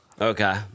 Okay